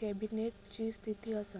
cabinet ची स्थिती असा